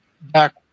back